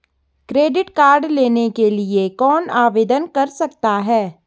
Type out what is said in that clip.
Credit card लेने के लिए कौन आवेदन कर सकता है?